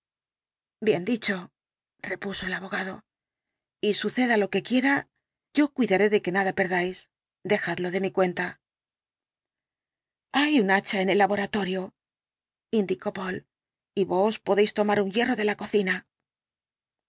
bien dicho repuso el abogado y suceda lo que quiera yo cuidaré de que nada perdáis dejadlo de mi cuenta hay un hacha en el laboratorio indicó poole y vos podéis tomar un hierro de la cocina